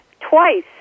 twice